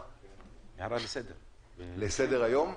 הערה לסדר הדיון.